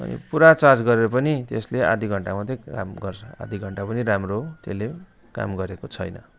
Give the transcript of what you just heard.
अनि पुरा चार्ज गरेर पनि त्यसले आधा घन्टा मात्रै काम गर्छ आदि घन्टा पनि राम्रो त्यसले काम गरेको छैन